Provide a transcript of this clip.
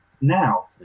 now